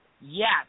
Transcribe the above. Yes